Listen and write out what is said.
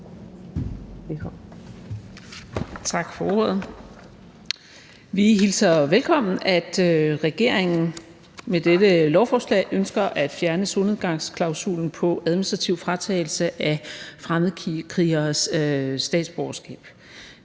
Tak for ordet. Vi hilser det velkommen, at regeringen med dette lovforslag ønsker at fjerne solnedgangsklausulen på administrativ fratagelse af fremmedkrigeres statsborgerskab.